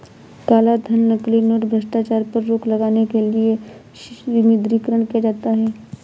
कालाधन, नकली नोट, भ्रष्टाचार पर रोक लगाने के लिए विमुद्रीकरण किया जाता है